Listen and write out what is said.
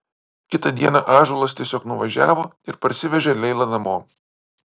kitą dieną ąžuolas tiesiog nuvažiavo ir parsivežė leilą namo